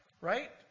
Right